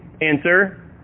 answer